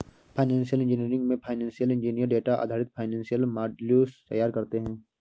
financial engineering में financial engineer data आधारित financial models तैयार करते है